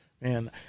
man